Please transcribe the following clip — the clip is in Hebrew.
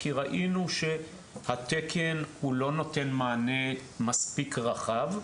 כי ראינו שהתקן לא נותן מענה מספיק רחב.